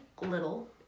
little